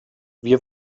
wir